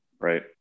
right